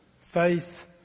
Faith